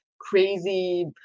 crazy